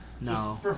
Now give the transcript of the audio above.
No